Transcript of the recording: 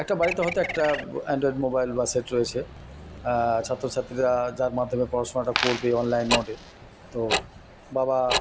একটা বাড়িতে হয়তো একটা অ্যান্ড্রয়েড মোবাইল বা সেট রয়েছে ছাত্র ছাত্রীরা যার মাধ্যমে পড়াশোনাটা করবে অনলাইন মোডে তো বাবা